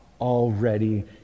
already